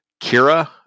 Kira